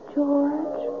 George